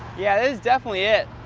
yeah, this is definitely it.